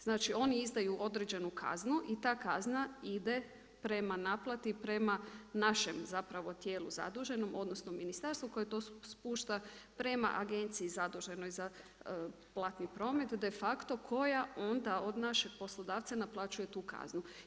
Znači oni izdaju određenu kaznu i ta kazna ide prema naplati, prema našem tijelu zaduženom odnosno ministarstvu koje to spušta prema agenciji zaduženoj za platni promet de facto koja onda od našeg poslodavca naplaćuju tu kaznu.